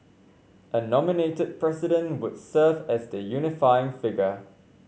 a nominated president would serve as the unifying figure